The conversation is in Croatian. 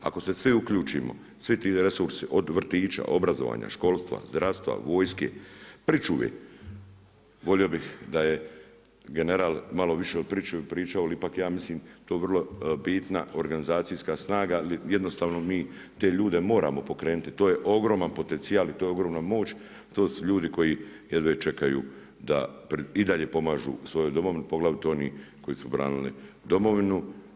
Ako se svi uključimo, svi ti resursi od vrtića, obrazovanja, školstva, zdravstva, vojske, pričuve, volio bih da je general malo više o pričuvi pričao ali ipak ja mislim, to je vrlo bitna organizacijska snaga, ali jednostavno mi te ljude moramo pokrenuti, to je ogroman potencijal, i to je ogromna moć, to su ljudi koji jedva čekaju da i dalje pomažu svojoj domovini, poglavito oni koju su branili domovinu.